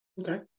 Okay